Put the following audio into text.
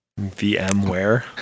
vmware